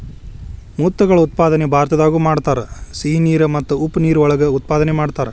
ಮುತ್ತುಗಳ ಉತ್ಪಾದನೆ ಭಾರತದಾಗು ಮಾಡತಾರ, ಸಿಹಿ ನೇರ ಮತ್ತ ಉಪ್ಪ ನೇರ ಒಳಗ ಉತ್ಪಾದನೆ ಮಾಡತಾರ